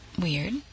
Weird